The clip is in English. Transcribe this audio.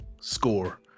score